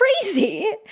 crazy